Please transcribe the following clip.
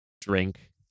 drink